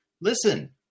Listen